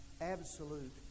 absolute